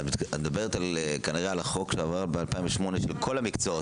את מדברת כנראה על החוק שעבר ב-2008 של כל המקצועות.